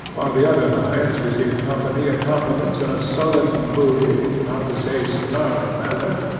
while the other lions receive company and compliments in a sullen, moody, not to say snarling manner,